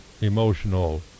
emotional